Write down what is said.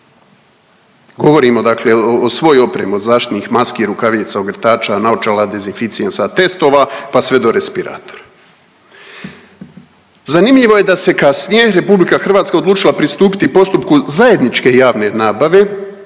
Govorimo dakle o svoj opremi od zaštitnih maski, rukavica, ogrtača, naočala, dezinficijensa, testova, pa sve do respiratora. Zanimljivo je da se kasnije RH odlučila pristupiti postupku zajedničke javne nabave